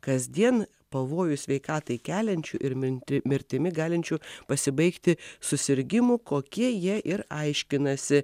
kasdien pavojų sveikatai keliančių ir minti mirtimi galinčių pasibaigti susirgimų kokie jie ir aiškinasi